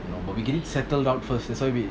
you konw but we getting settled out that's why we